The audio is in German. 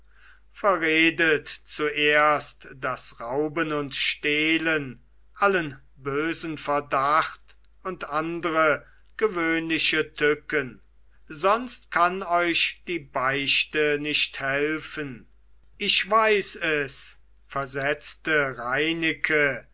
verredet zuerst das rauben und stehlen allen bösen verrat und andre gewöhnliche tücken sonst kann euch die beichte nicht helfen ich weiß es versetzte reineke